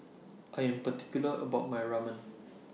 I Am particular about My Ramen